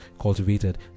cultivated